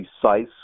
precise